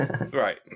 right